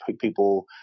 people